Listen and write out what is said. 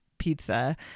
pizza